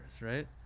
right